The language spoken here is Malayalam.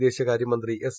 വിദേശകാര്യമന്ത്രി എസ്